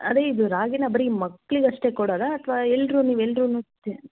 ಅದೇ ಇದು ರಾಗಿನ ಬರಿ ಮಕ್ಕಳಿಗಷ್ಟೇ ಕೊಡೋದಾ ಅಥ್ವಾ ಎಲ್ಲರೂ ನೀವು ಎಲ್ರೂನು ತಿನ್